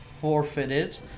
forfeited